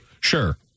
Sure